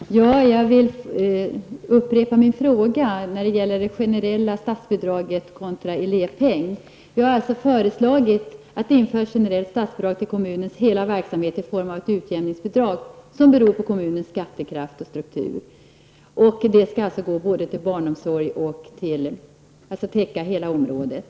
Herr talman! Jag vill upprepa min fråga när det gäller det generella statsbidraget kontra en elevpeng. Vi har alltså föreslagit att det skall införas ett generellt statsbidrag till kommunens hela verksamhet i form av ett utjämningsbidrag, vars storlek blir beroende av kommunens skattekraft och struktur. Detta bidrag skall alltså täcka hela området.